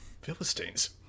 Philistines